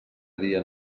dia